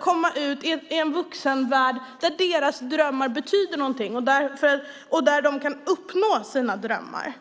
komma ut i en vuxenvärld där deras drömmar betyder någonting och där de kan uppnå sina drömmar.